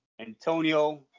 Antonio